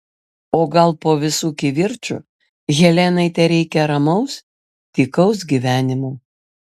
o gal po visų kivirčų helenai tereikia ramaus tykaus gyvenimo